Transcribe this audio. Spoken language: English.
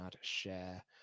share